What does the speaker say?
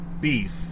beef